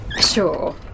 Sure